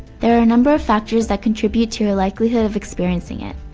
there are a number of factors that contribute to your likelihood of experiencing it.